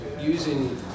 using